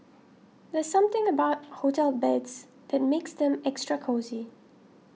there's something about hotel beds that makes them extra cosy